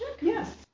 Yes